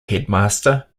headmaster